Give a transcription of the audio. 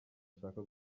ashaka